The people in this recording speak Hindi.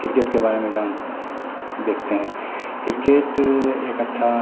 क्रिकेट के बारे में जानते देखते हैं क्रिकेट एक अच्छा